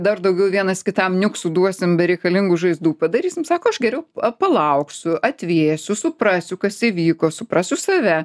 dar daugiau vienas kitam niuksų duosim bereikalingų žaizdų padarysim sako aš geriau palauksiu atvėsiu suprasiu kas įvyko suprasiu save